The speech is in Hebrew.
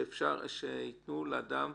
אפשרות שייתנו לאדם